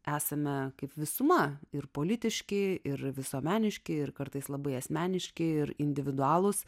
esame kaip visuma ir politiški ir visuomeniški ir kartais labai asmeniški ir individualūs